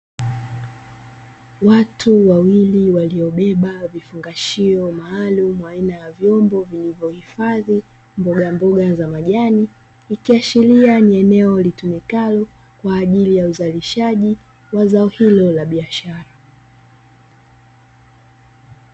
Watu wawili waliobeba vifungashio maalumu aina ya vyombo vilivyohifadhi mbogamboga za majani, ikiashiria ni eneo litumikalo kwa ajili uzalishaji wa zao hilo la biashara.